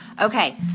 Okay